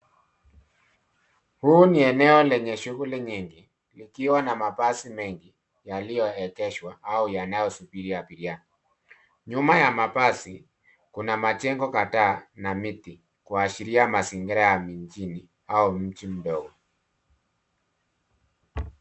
Huu ni eneo lenye shughuli nyingi likiwa na mabasi mengi yaliyoegeshwa au yanayosubiri abiria. Nyuma ya mabasi kuna majengo kadhaa na miti kuashiria mazingira ya mijini au miji mdogo.